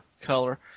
color